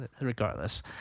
regardless